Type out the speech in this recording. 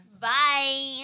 Bye